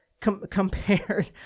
compared